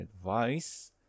advice